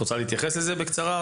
את רוצה להתייחס לזה בקצרה?